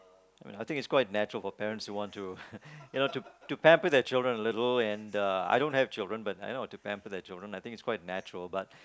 oh you know I think it's quite natural for parents want to you know to pamper their children a little and uh I don't have children but then you know to pamper their children I think it's quite natural but